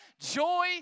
joy